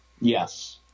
Yes